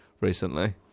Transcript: recently